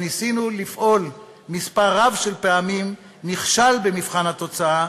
ניסינו לפעול מספר רב של פעמים נכשל במבחן התוצאה.